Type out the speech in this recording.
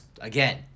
again